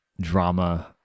drama